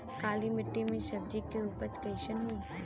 काली मिट्टी में सब्जी के उपज कइसन होई?